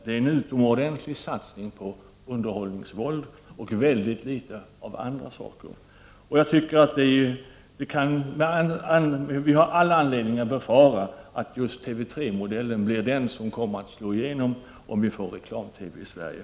Det är en utomordentlig satsning på underhållningsvåld och mycket litet av andra program. Vi har all anledning att befara att just TV 3-modellen kommer att bli den som slår igenom om det blir reklam-TV i Sverige.